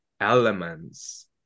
elements